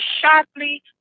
sharply